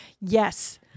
yes